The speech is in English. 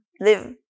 live